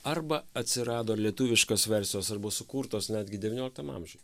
arba atsirado lietuviškos versijos ar buvp sukurtos netgi devynioliktam amžiuje